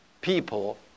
people